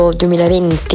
2020